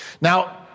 Now